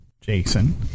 jason